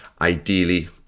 ideally